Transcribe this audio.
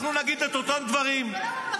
אנחנו נגיד את אותם הדברים -- רגע,